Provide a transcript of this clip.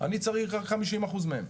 אני צריך 50% מהן.